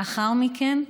לאחר מכן,